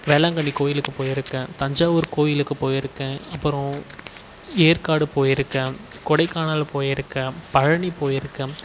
வேளாங்கண்ணி கோவிலுக்கு போயிருக்கேன் தஞ்சாவூர் கோவிலுக்கு போயிருக்கேன் அப்புறம் ஏற்காடு போயிருக்கேன் கொடைக்கானல் போயிருக்கேன் பழனி போயிருக்கேன்